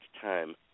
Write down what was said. time